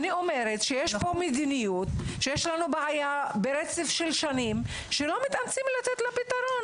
יש פה מדיניות שיש לנו בעיה ברצף של שנים שלא מתאמצים לתת לה פתרון.